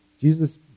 Jesus